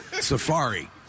safari